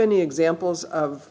any examples of